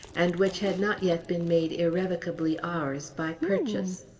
and which had not yet been made irrevocably ours, by purchase.